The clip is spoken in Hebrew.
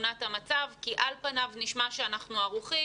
תמונת המצב כי על פניו נשמע שאנחנו ערוכים